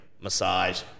massage